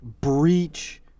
breach